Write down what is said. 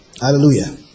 Hallelujah